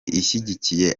ishyigikiye